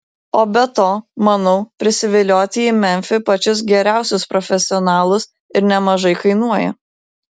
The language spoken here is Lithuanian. o be to manau prisivilioti į memfį pačius geriausius profesionalus ir nemažai kainuoja